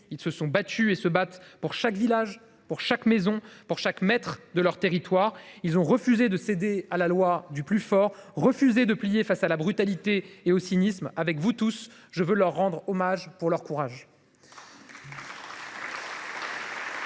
Ils se sont battus et se battent pour chaque village, pour chaque maison, pour chaque mètre de leur territoire. Ils ont refusé de se soumettre à la loi du plus fort, refusé de plier face à la brutalité et au cynisme. Avec vous tous, je veux rendre hommage à leur courage.